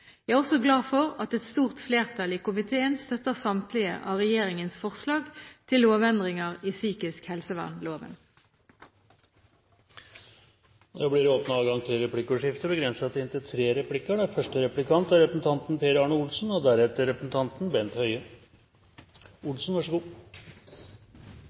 Jeg er også glad for at et stort flertall i komiteen støtter samtlige av regjeringens forslag til lovendringer i psykisk helsevernloven. Det blir replikkordskifte. Mange av oss er av den oppfatning at psykiatrien må styrkes, og ikke minst at vi må fjerne stigmatisering og få forståelse for at det er en sykdom og